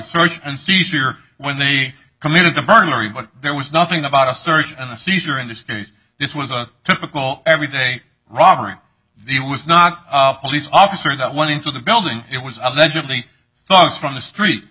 search and seizure when they committed the burner but there was nothing about a search and seizure in this case this was a typical everyday robbery the it was not a police officer that went into the building it was allegedly thoughts from the street